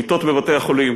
מיטות בבתי-החולים,